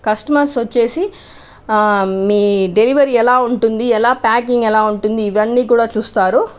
customers వచ్చేసి మీ delivery ఎలా ఉంటుంది ఎలా ప్యాకింగ్ ఎలా ఉంటుంది ఇవన్నీ కూడా చూస్తారు